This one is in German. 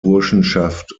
burschenschaft